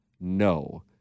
no